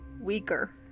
weaker